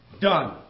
Done